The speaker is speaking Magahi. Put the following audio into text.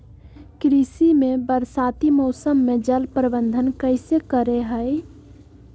कृषि में बरसाती मौसम में जल प्रबंधन कैसे करे हैय?